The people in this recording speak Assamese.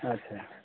আচ্ছা